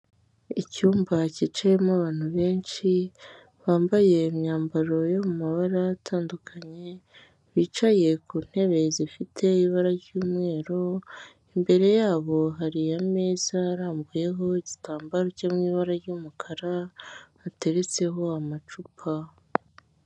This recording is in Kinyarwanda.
Icyumba cyicayemo abantu benshi bambaye imyambaro yo mu mabara atandukanye, bicaye ku ntebe zifite ibara ry'umweru, imbere yabo hari ameza arambuyeho igitambaro cyo mu ibara ry'umukara, hateretseho amacupa.